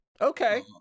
Okay